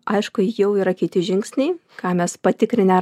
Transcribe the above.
aišku jau yra kiti žingsniai ką mes patikrinę